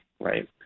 right